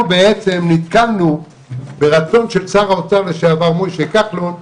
אנחנו בעצם נתקלנו ברצון של שר האוצר לשעבר משה כחלון,